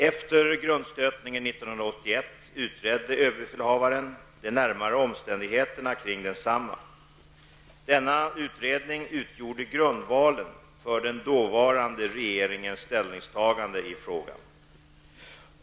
Efter grundstötningen 1981 utredde överbefälhavaren de närmare omständigheterna kring densamma. Denna utredning utgjorde grundvalen för den dåvarande regeringens ställningstagande i frågan.